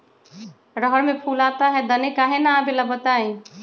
रहर मे फूल आता हैं दने काहे न आबेले बताई?